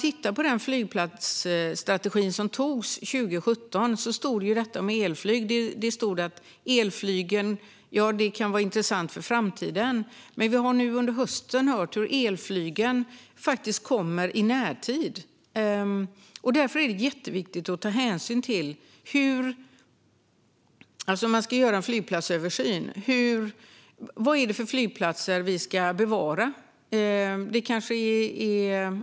I den strategi som antogs 2017 stod det att elflyg kan vara intressant för framtiden, men vi har under hösten hört hur elflygen kommer i närtid. Därför är det viktigt, om en flygplatsöversyn ska göras, att ta hänsyn till vad det är för flygplatser som ska bevaras.